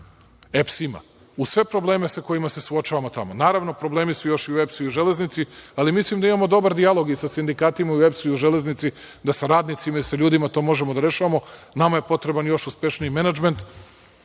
EPS ima, uz sve probleme sa kojima se suočavamo tamo. Naravno, problemi su još i u EPS-u i u „Železnici“, ali mislim da imamo dobar dijalog i sa sindikatima i u EPS-u i u „Železnici“, da sa radnicima i sa ljudima to možemo da rešavamo. Nama je potreban još uspešniji menadžment,